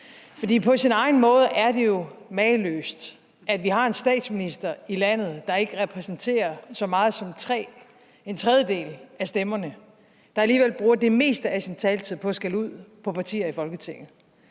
For på sin egen måde er det jo mageløst, at vi har en statsminister i landet, der ikke repræsenterer så meget som en tredjedel af stemmerne, men alligevel bruger den meste af sin taletid på at skælde ud på partier i Folketinget.